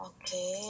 Okay